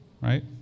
right